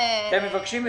אני מבינה.